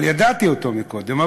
ידעתי אותו קודם לכן,